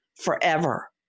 forever